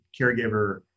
caregiver